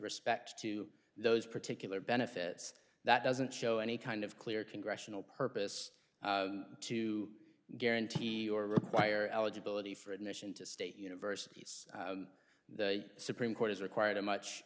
respect to those particular benefits that doesn't show any kind of clear congressional purpose to guarantee or require eligibility for admission to state universities the supreme court is required a much